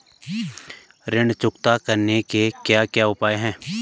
ऋण चुकता करने के क्या क्या उपाय हैं?